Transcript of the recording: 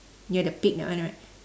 near the pig that one right